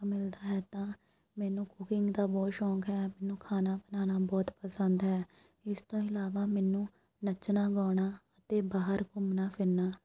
ਮਿਲਦਾ ਹੈ ਤਾਂ ਮੈਨੂੰ ਕੁਕਿੰਗ ਦਾ ਬਹੁਤ ਸ਼ੌਂਕ ਹੈ ਮੈਨੂੰ ਖਾਣਾ ਬਣਾਉਣਾ ਬਹੁਤ ਪਸੰਦ ਹੈ ਇਸ ਤੋਂ ਇਲਾਵਾ ਮੈਨੂੰ ਨੱਚਣਾ ਗਾਉਣਾ ਅਤੇ ਬਾਹਰ ਘੁੰਮਣਾ ਫਿਰਨਾ